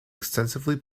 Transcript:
extensively